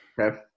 okay